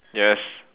yes